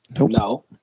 No